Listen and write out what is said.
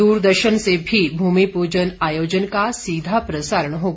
दूरदर्शन से भी भूमि पूजन आयोजन का सीधा प्रसारण होगा